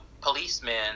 policemen